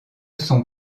sont